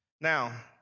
Now